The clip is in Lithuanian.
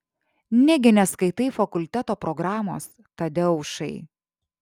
negi neskaitai fakulteto programos tadeušai